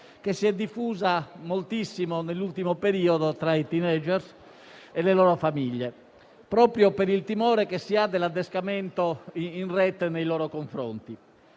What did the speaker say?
che si è diffusa moltissimo nell'ultimo periodo tra i *teenager* e le loro famiglie, proprio per il timore che si ha dell'adescamento in Rete nei loro confronti.